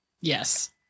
Yes